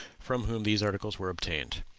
from whom these articles were obtained.